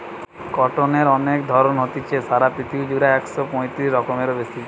কটনের অনেক ধরণ হতিছে, সারা পৃথিবী জুড়া একশ পয়তিরিশ রকমেরও বেশি